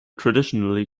traditionally